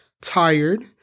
tired